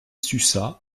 sussat